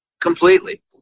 Completely